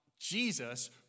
Jesus